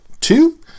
two